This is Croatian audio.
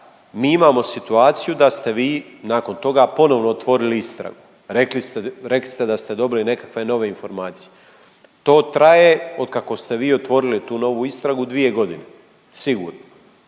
mi imamo situaciju da ste vi nakon toga ponovno otvorili istragu, rekli ste da ste dobili nekakve nove informacije. To traje od kako ste vi otvorili tu novu istragu dvije godine sigurno,